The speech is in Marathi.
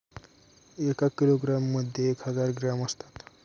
एका किलोग्रॅम मध्ये एक हजार ग्रॅम असतात